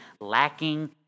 lacking